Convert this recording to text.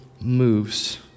moves